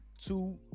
two